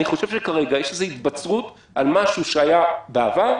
אני חושב שכרגע יש איזו התבצרות על משהו שהיה בעבר,